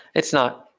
it's not.